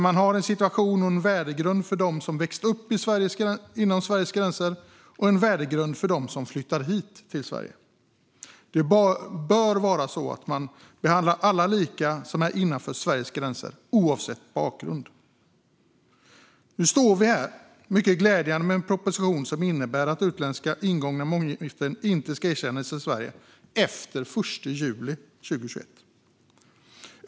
Man har en situation och en värdegrund för dem som växt upp inom Sveriges gränser och en värdegrund för dem som flyttar hit till Sverige. Man bör behandla alla som är innanför Sveriges gränser lika, oavsett bakgrund. Nu står vi här, mycket glädjande, med en proposition som innebär att utländska ingångna månggiften inte ska erkännas i Sverige från den 1 juli 2021.